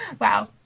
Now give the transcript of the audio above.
wow